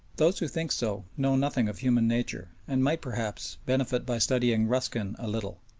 those who think so know nothing of human nature, and might, perhaps, benefit by studying ruskin a little.